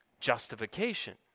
justification